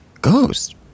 ghost